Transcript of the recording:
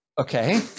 Okay